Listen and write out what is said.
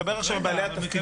אני מדבר על בעלי תפקידים.